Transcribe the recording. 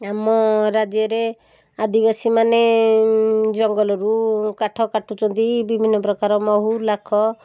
ଆମ ରାଜ୍ୟରେ ଆଦିବାସୀ ମାନେ ଜଙ୍ଗଲରୁ କାଠ କାଟୁଛନ୍ତି ବିଭିନ୍ନ ପ୍ରକାର ମହୁ ଲାଖ